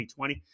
2020